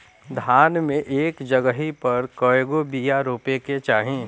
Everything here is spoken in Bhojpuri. धान मे एक जगही पर कएगो बिया रोपे के चाही?